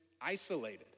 isolated